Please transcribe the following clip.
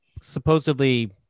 supposedly